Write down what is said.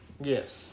Yes